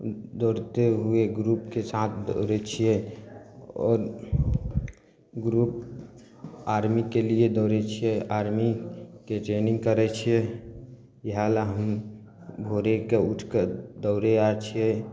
दौड़ते हुए ग्रुपके साथ दौड़य छियै आओर ग्रुप आर्मीके लिए दौड़य छियै आर्मीके ट्रेनिंग करय छियै इएह लए हम भोरे कऽ उठिकऽ दौड़य आर छियै